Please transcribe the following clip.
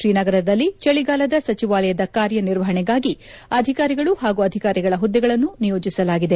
ಶ್ರೀನಗರದಲ್ಲಿ ಚಳಿಗಾಲದ ಸಚಿವಾಲಯದ ಕಾರ್ಯ ನಿರ್ವಹಣೆಗಾಗಿ ಅಧಕಾರಿಗಳು ಹಾಗೂ ಅಧಿಕಾರಿಗಳ ಹುದ್ದೆಗಳನ್ನು ನಿಯೋಜಿಸಲಾಗಿದೆ